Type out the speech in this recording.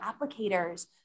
applicators